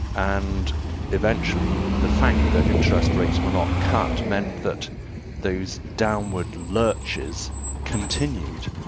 and eventually the fact that interest rates were not cut meant that those downward lurches continued.